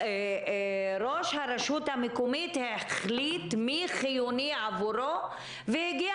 ראש הרשות המקומית החליט מי חיוני עבורו והגיע